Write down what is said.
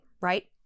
right